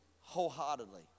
wholeheartedly